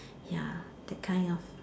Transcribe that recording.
ya that kind of